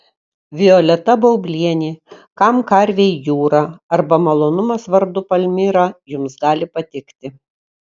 violeta baublienė kam karvei jūra arba malonumas vardu palmira jums gali patikti